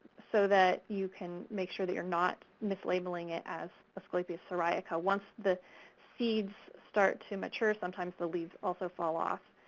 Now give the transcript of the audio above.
so that you can make sure that you're not mislabeling it as asclepias syriaca. once the seeds start to mature, sometimes the leaves also fall off.